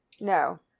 No